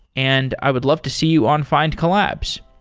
and i would love to see you on find collabs.